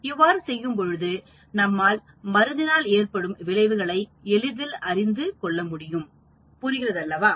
இவ்வாறு செய்யும்பொழுது நம்மால் மருந்தினால் ஏற்படும் விளைவுகளை எளிதில் அறிந்து கொள்ள முடியும் புரிகிறதல்லவா